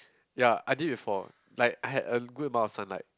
ya I did before like I had a good amount of sunlight